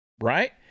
Right